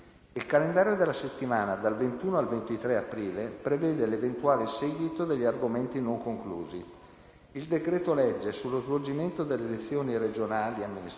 Il calendario della settimana dal 21 al 23 aprile prevede l'eventuale seguito degli argomenti non conclusi; il decreto-legge sullo svolgimento delle elezioni regionali e amministrative;